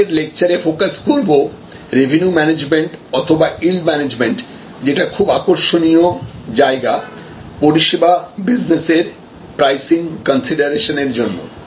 আমরা পরের লেকচারে ফোকাস করব রেভিনিউ ম্যানেজমেন্ট অথবা ইল্ড মানেজমেন্ট যেটা খুব আকর্ষণীয় জায়গা পরিষেবা বিজনেসের প্রাইসিং কনসিডারেশন এর জন্য